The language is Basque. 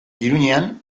iruñean